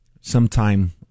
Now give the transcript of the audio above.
sometime